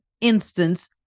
instance